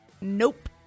Nope